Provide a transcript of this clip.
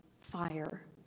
fire